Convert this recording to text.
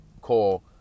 call